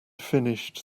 finished